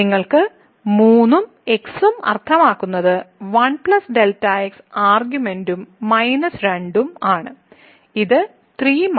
നിങ്ങൾക്ക് 3 ഉം x ഉം അർത്ഥമാക്കുന്നത് 1 Δ x ആർഗ്യുമെന്റും മൈനസ് 2 ഉം ആണ് ഇത് 3 - 2 1